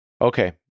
Okay